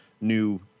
new